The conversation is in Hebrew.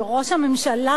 של ראש הממשלה,